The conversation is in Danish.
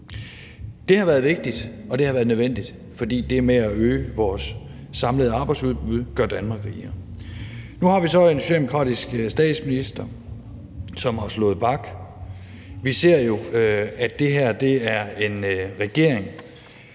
det har været nødvendigt, fordi det med at øge vores samlede arbejdsudbud gør Danmark rigere. Nu har vi så en socialdemokratisk statsminister, som har slået bak. Vi ser jo, at det her er en regering,